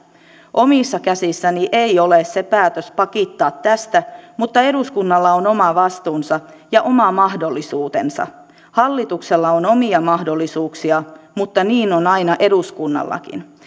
omissa käsissäni ei ole se päätös pakittaa tästä mutta eduskunnalla on oma vastuunsa ja oma mahdollisuutensa hallituksella on omia mahdollisuuksia mutta niin on aina eduskunnallakin